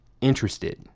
interested